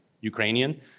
Ukrainian